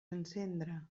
encendre